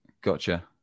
gotcha